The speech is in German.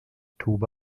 tube